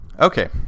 Okay